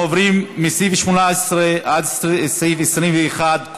אנחנו עוברים להצביע מסעיף 18 עד סעיף 21,